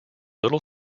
little